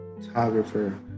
photographer